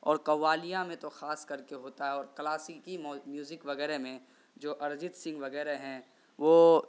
اور قوالیاں میں تو خاص کر کے ہوتا ہے اور کلاسیکی میوزک وغیرہ میں جو اریجیت سنگھ وغیرہ ہیں وہ